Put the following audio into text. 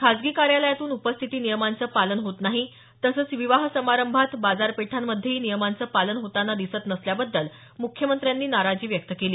खासगी कार्यालयातून उपस्थिती नियमांचं पालन होत नाही तसंच विवाह समारंभात बाजारपेठांमध्येही नियमांचं पालन होताना दिसत नसल्याबद्दल मुख्यमंत्र्यांनी नाराजी व्यक्त केली